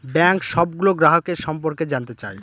bank সবগুলো গ্রাহকের সম্পর্কে জানতে চায়